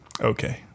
okay